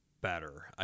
better